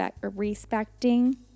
respecting